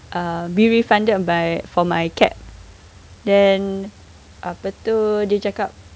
err be refunded by for my cab then apa itu dia cakap